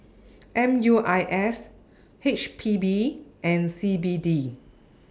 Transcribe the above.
M U I S H P B and C B D